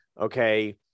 Okay